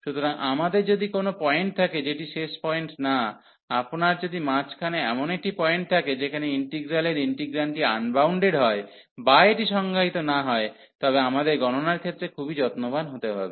সুতরাং আমাদের যদি কোনও পয়েন্ট থাকে যেটি শেষ পয়েন্ট না আপনার যদি মাঝখানে এমন একটি পয়েন্ট থাকে যেখানে ইন্টিগ্রালের ইন্টিগ্রান্ডটি আনবাউন্ডেড হয় বা এটি সংজ্ঞায়িত না হয় তবে আমাদের গণনার ক্ষেত্রে খুবই যত্নবান হতে হবে